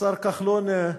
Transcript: השר כחלון,